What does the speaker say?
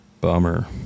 bummer